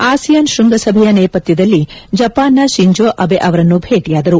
ASEAN ಶ್ವಂಗಸಭೆಯ ನೇಪಥ್ಯದಲ್ಲಿ ಜಪಾನ್ನ ಶಿಂಜೊ ಅಬೆ ಅವರನ್ನು ಭೇಟಿಯಾದರು